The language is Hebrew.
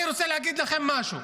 אני רוצה להגיד לכם משהו: